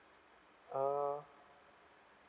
uh